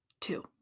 Two